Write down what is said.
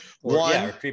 one